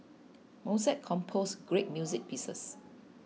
Mozart composed great music pieces